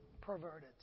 perverted